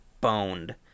boned